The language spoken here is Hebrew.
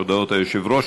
הודעות היושב-ראש,